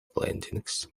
landings